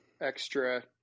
extra